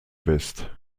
west